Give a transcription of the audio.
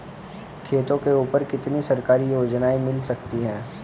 खेतों के ऊपर कितनी सरकारी योजनाएं मिल सकती हैं?